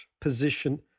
position